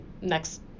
next